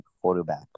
quarterback